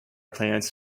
plants